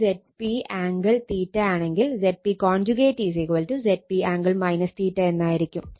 Zp Zp angle ആണെങ്കിൽ Zp Zp angle എന്നായിരിക്കും